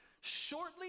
shortly